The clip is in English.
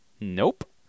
Nope